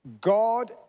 God